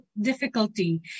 difficulty